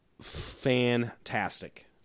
fantastic